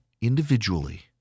individually